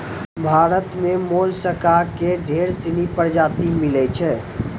भारतो में मोलसका के ढेर सिनी परजाती मिलै छै